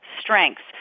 strengths